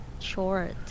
Short